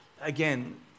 again